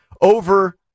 over